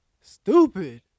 Stupid